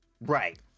Right